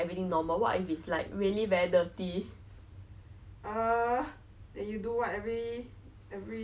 that um somebody just told me that day that they went to the toilet and there was no door in the public